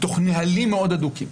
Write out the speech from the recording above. מתוך נהלים מאוד הדוקים.